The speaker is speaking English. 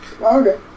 okay